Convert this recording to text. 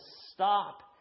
stop